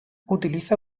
utiliza